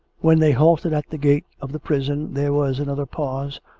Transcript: when they halted at the gate of the prison there was another pause,